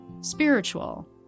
spiritual